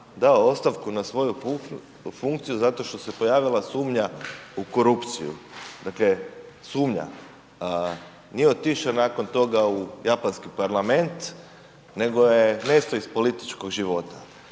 dao ostavku na svoju funkciju zato što se pojavila sumnja u korupciju. Dakle sumnja, nije otišao nakon toga u Japanski parlament nego je nestao iz političkog života.